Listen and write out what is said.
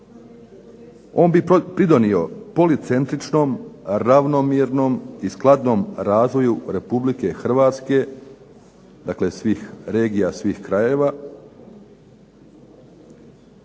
On bi pridonio policentričnom, ravnomjernom i skladnom razvoju Republike Hrvatske, dakle svih regija, svih krajeva